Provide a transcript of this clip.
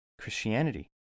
Christianity